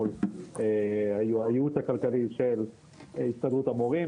מול הייעוד הכלכלי של הסתדרות המורים,